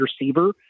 receiver